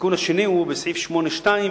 התיקון השני הוא בסעיף 8(2),